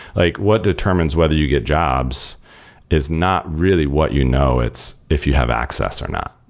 like what determines whether you get jobs is not really what you know. it's if you have access or not,